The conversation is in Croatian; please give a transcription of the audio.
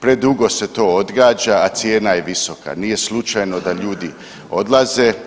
Predugo se to odgađa, a cijena je visoka, nije slučajno da ljudi odlaze.